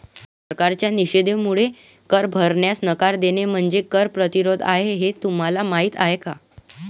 सरकारच्या निषेधामुळे कर भरण्यास नकार देणे म्हणजे कर प्रतिरोध आहे हे तुम्हाला माहीत आहे का